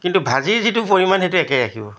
কিন্তু ভাজিৰ যিটো পৰিমাণ সেইটো একে ৰাখিব